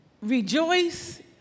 rejoice